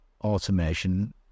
automation